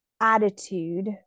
attitude